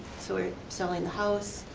so we're selling the house.